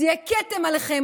זה יהיה כתם עליכם,